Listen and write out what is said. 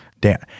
Dan